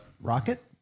Rocket